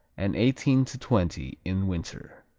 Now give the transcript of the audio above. and eighteen to twenty in winter.